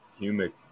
humic